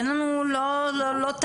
אין לנו לא טענות,